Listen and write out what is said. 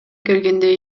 келгенде